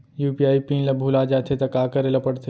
UPI PIN ल भुला जाथे त का करे ल पढ़थे?